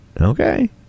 Okay